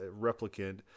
replicant